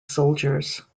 soldiers